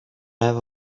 have